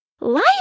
liar